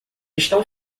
estão